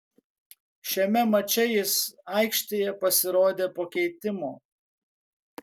šiame mače jis aikštėje pasirodė po keitimo